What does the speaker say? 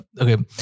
okay